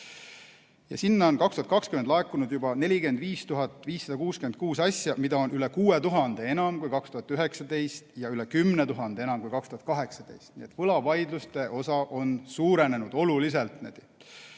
Ja sinna on 2020 laekunud juba 45 566 asja, mida on üle 6000 enam kui 2019 ja üle 10 000 enam kui 2018. Nii et võlavaidluste osa on märksa suurenenud.